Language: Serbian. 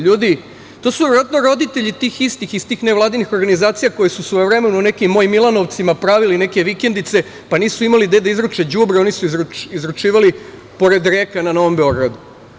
Ljudi, to su verovatno roditelji tih istih iz tih nevladinih organizacija koje su svojevremeno u nekim mojim Milanovcima pravili neke vikendice, pa nisu imali gde da izruče đubre, oni su izručivali pored reka na Novom Beogradu.